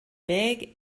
big